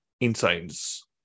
insights